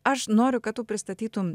aš noriu kad tu pristatytum